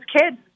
kids